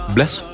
Bless